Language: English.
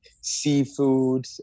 seafood